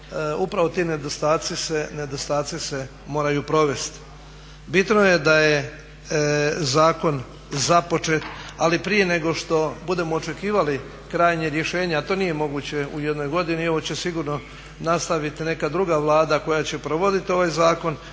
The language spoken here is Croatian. se, nedostaci se moraju provesti. Bitno je da je zakon započet, ali prije nego što budemo očekivali krajnje rješenje, a to nije moguće u jednoj godini, ovo će sigurno nastaviti neka druga Vlada koja će provoditi ovaj zakon